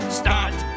start